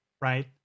right